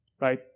right